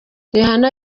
rihanna